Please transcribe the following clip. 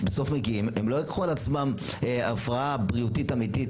לא ייקחו על עצמם הפרעה בריאותית אמיתית